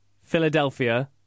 Philadelphia